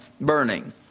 burning